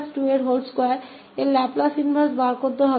तो e ss24e ss24e 3ss22 का Laplace प्रतिलोम